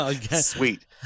Sweet